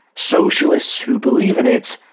socialists who believe in it,